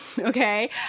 okay